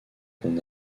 qu’on